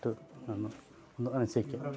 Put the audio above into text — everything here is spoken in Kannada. ಇಷ್ಟು ನನ್ನ ಒಂದು ಅನಿಸಿಕೆ